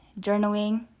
journaling